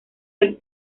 del